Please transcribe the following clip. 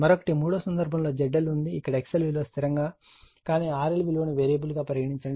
మరొకటి మూడవ సందర్భంలో ZL ఉంది ఇక్కడ XL విలువను స్థిరంగా కానీ RLవిలువను వేరియబుల్ గా పరిగణించండి